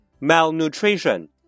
Malnutrition